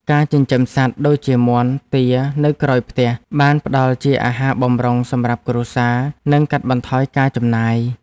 ការចិញ្ចឹមសត្វដូចជាមាន់ ទា នៅក្រោយផ្ទះបានផ្ដល់ជាអាហារបម្រុងសម្រាប់គ្រួសារ និងកាត់បន្ថយការចំណាយ។